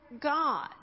God